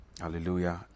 hallelujah